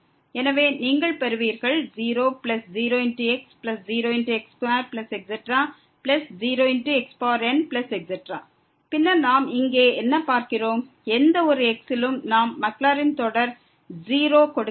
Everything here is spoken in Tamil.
எனவே நீங்கள் பெறுவீர்கள் 00⋅x0⋅x2⋯0⋅xn பின்னர் நாம் இங்கே என்ன பார்க்கிறோம் எந்த ஒரு x லும் மாக்லாரின் தொடர் 0 வை கொடுக்கிறது